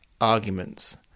arguments